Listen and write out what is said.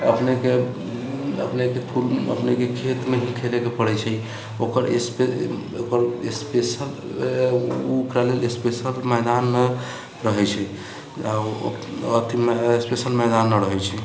अपनेके खेतमे ही खेलैक पड़ै छै ओकर स्पेशल ओ ओकरा लेल स्पेशल मैदान न रहै छै आ अथिमे स्पेशल मैदान रहै छै